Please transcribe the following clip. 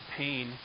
pain